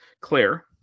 Claire